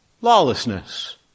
lawlessness